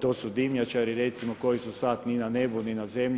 to su dimnjačari recimo koji su sada ni na nebu ni na zemlji.